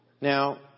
Now